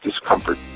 discomfort